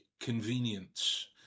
convenience